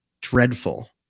dreadful